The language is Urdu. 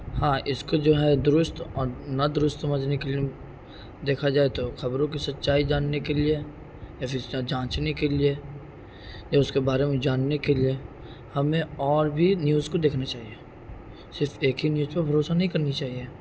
ہاں اس کو جو ہے درست اور نہ درست سمجھنے کے لیے دیکھا جائے تو خبروں کی سچائی جاننے کے لیے یا پھر جانچنے کے لیے یا اس کے بارے میں جاننے کے لیے ہمیں اور بھی نیوز کو دیکھنا چاہیے صرف ایک ہی نیوز پہ بھروسہ نہیں کرنی چاہیے